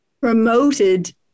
promoted